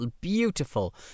beautiful